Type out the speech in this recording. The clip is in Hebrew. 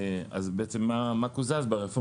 מה קוזז בעצם?